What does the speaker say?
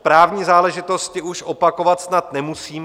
Právní záležitosti už opakovat snad nemusím.